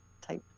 type